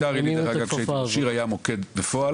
בביתר עילית דרך אגב שהיה מוקד בפועל,